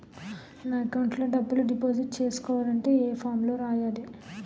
నా అకౌంట్ లో డబ్బులు డిపాజిట్ చేసుకోవాలంటే ఏ ఫామ్ లో రాయాలి?